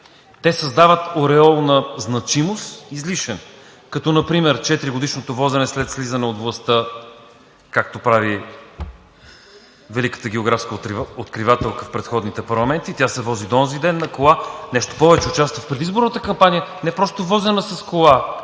Те създават ореол на значимост – излишен, като например четиригодишното возене след слизане от властта, както прави великата географска откривателка в предходните парламенти. Тя се вози до онзи ден на кола, нещо повече – участва в предизборната кампания, не е просто возена с кола